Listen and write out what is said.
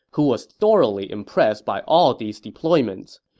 who was thoroughly impressed by all these deployments.